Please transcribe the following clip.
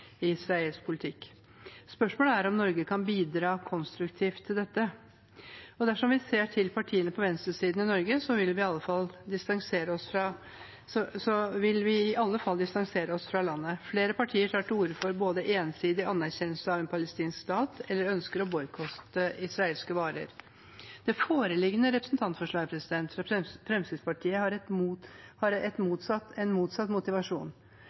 i israelsk politikk. Spørsmålet er om Norge kan bidra konstruktivt til dette. Dersom vi ser til partiene på venstresiden i Norge, vil vi i alle fall distansere oss fra landet. Flere partier tar til orde for enten en ensidig anerkjennelse av en palestinsk stat eller ønsker å boikotte israelske varer. Det foreliggende representantforslaget fra Fremskrittspartiet har en motsatt motivasjon, det ønsker å gi en